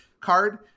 card